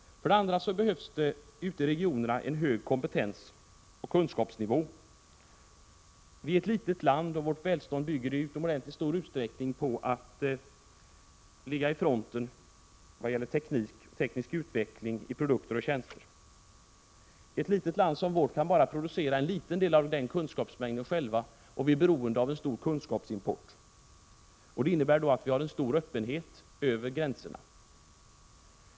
För det andra behövs det ute i regionerna en hög kompetensoch kunskapsnivå. Sverige är ett litet land, och vårt välstånd bygger i stor utsträckning på att vi ligger i frontlinjen när det gäller teknisk utveckling av produkter och tjänster. I ett litet land kan vi bara producera en liten del av kunskapsmängden själva, och vi är beroende av en stor kunskapsimport. Det förutsätter att vi har stor öppenhet över gränserna.